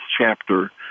chapter